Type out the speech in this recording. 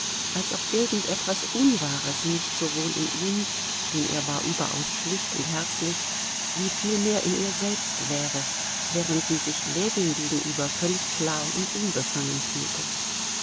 als ob irgend etwas unwahres nicht sowohl in ihm denn er war überaus schlicht und herzlich wie vielmehr in ihr selbst wäre während sie sich ljewin gegenüber völlig klar und unbefangen fühlte